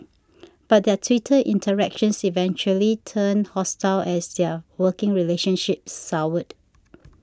but their Twitter interactions eventually turned hostile as their working relationship soured